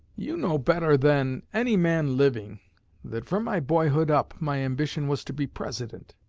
you know better than any man living that from my boyhood up my ambition was to be president.